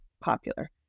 popular